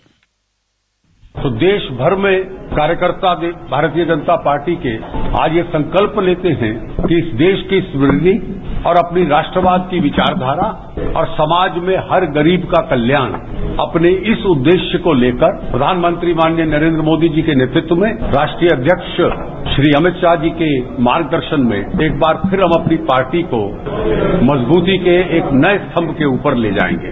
bite तो देशभर में कार्यकर्ता भी भारतीय जनता पार्टी के आज ये संकल्प लेते हैं कि इस देश की समृद्धी और अपने राष्ट्रवाद की विचारधारा और समाज में हर गरीब का कल्याण अपने इस उद्देश्य को लेकर प्रधानमंत्री माननीय नरेन्द्र मोदी जी के नेतृत्व में राष्ट्रीय अध्यक्ष श्री अमित शाह जी के मार्गदर्शन में एक बार फिर हम अपनी पार्टी को मजबूती के एक नये स्तभ के ऊपर ले जायेंगे